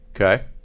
Okay